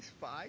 five